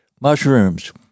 mushrooms